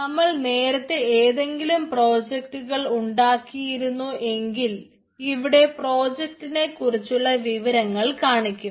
നമ്മൾ നേരത്തെ ഏതെങ്കിലും പ്രോജക്ടുകൾ ഉണ്ടാക്കിയിരുന്നു എങ്കിൽ ഇവിടെ പ്രോജക്ടിനെ കുറിച്ചുള്ള വിവരങ്ങൾ കാണിക്കും